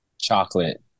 chocolate